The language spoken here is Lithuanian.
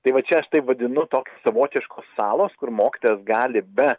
tai va čia aš taip vadinu tos savotiškos salos kur mokytojas gali be